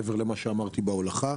מעבר למה שאמרתי בהולכה,